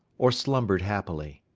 or slumbered happily.